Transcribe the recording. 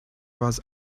was